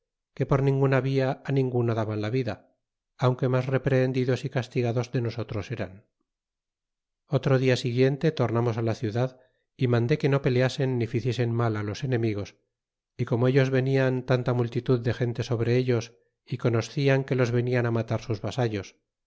que por nin guna via ninguno daban la vida aunque mas reprehendides y castiga los de nosotros eran otro dia siguiente tornamos y ciudad y mandé que no peleasen ni ficiesen mal los enemigos y y como ellos velan tanta multitud de gente sobre ellos y conos clan que los venían matar sus vasallos